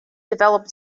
developed